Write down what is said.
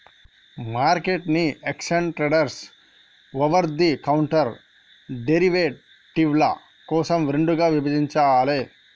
మార్కెట్ను exchange traded, over the counter డెరివేటివ్ల కోసం రెండుగా విభజించాలే